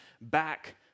back